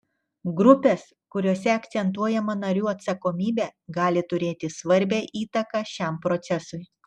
grupės kuriose akcentuojama narių atsakomybė gali turėti svarbią įtaką šiam procesui